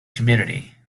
community